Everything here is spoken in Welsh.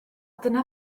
dyna